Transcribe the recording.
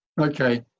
Okay